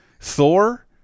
thor